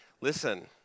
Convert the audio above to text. Listen